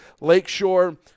Lakeshore